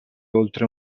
oltre